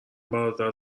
برادر